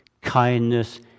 kindness